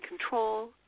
control